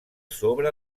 sobre